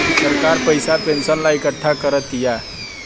सरकार पइसा पेंशन ला इकट्ठा करा तिया